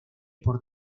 por